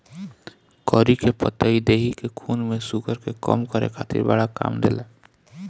करी के पतइ देहि के खून में शुगर के कम करे खातिर बड़ा काम देला